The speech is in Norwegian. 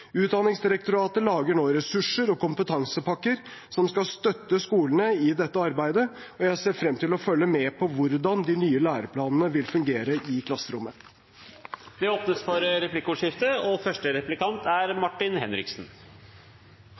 Utdanningsdirektoratet lager nå ressurser og kompetansepakker som skal støtte skolene i dette arbeidet, og jeg ser frem til å følge med på hvordan de nye læreplanene vil fungere i klasserommet. Det blir replikkordskifte. Det store bildet er